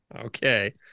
Okay